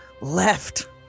left